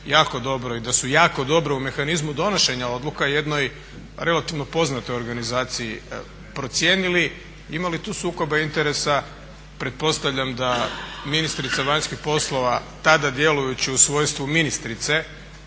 jako dobro i da su jako dobro u mehanizmu donošenja odluka jednoj relativno poznatoj organizaciji procijenili ima li tu sukoba interesa. Pretpostavljam da ministrica vanjskih poslova tada djelujući u svojstvu ministrice,